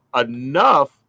enough